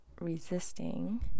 resisting